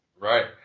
Right